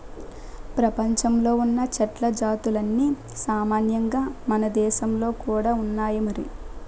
ప్రపంచంలో ఉన్న చెట్ల జాతులన్నీ సామాన్యంగా మనదేశంలో కూడా ఉన్నాయి మరి